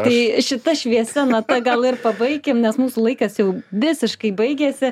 tai šita šviesia nata gal ir pabaikim nes mūsų laikas jau visiškai baigėsi